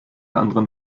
anderen